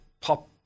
pop